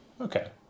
Okay